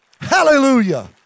Hallelujah